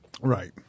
Right